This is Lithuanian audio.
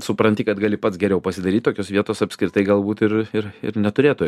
supranti kad gali pats geriau pasidaryt tokios vietos apskritai galbūt ir ir ir neturėtų